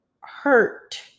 hurt